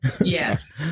Yes